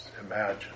Imagine